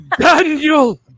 Daniel